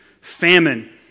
Famine